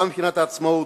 גם מבחינת העצמאות,